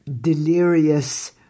Delirious